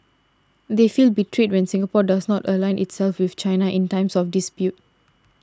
they feel betrayed when Singapore does not align itself with China in times of dispute